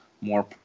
more